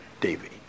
David